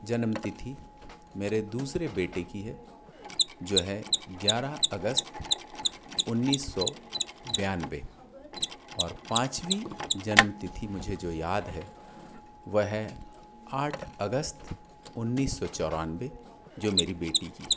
जन्मतिथि मेरे दूसरे बेटे की है जो है ग्यारह अगस्त उन्नीस सौ बानवे और पाँचवी जन्मतिथि मुझे जो याद है वह आठ अगस्त उन्नीस सौ चौरानवे जो मेरी बेटी की है